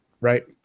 right